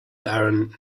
darren